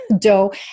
dough